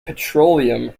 petroleum